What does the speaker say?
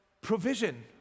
provision